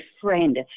friend